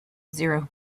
zero